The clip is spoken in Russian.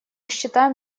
считаем